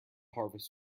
harvest